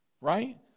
Right